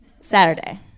Saturday